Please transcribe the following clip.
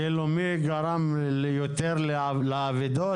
כאילו מי גרם יותר לאבידות,